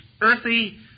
earthy